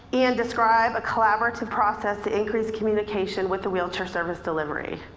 and describe a collaborative process to increase communication with the wheelchair service delivery.